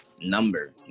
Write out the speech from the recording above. number